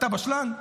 אתה בשלן?